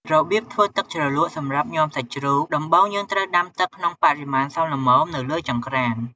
របៀបធ្វើទឹកជ្រលក់សម្រាប់ញាំសាច់ជ្រូកដំបូងយើងត្រូវដាំទឺកក្នុងបរិមាណសមល្មមនៅលើចង្ក្រាន។